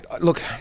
look